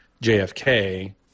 JFK